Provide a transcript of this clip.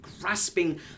grasping